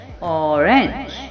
orange